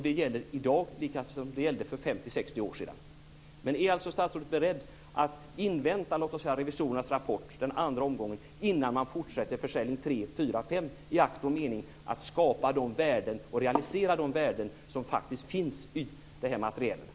Det gäller i dag likaväl som det gällde för 50 Är statsrådet beredd att invänta revisorernas rapport från den andra omgången innan man fortsätter med försäljning tre, fyra och fem, i akt och mening att skapa och realisera de värden som finns i den här materielen?